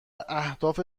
اهداف